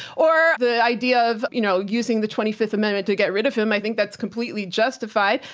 or the idea of you know using the twenty fifth amendment to get rid of him. i think that's completely justified.